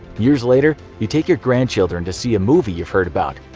years later, you take your grandchildren to see a movie you've heard about.